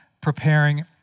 preparing